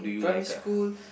primary school